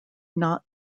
not